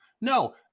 No